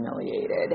humiliated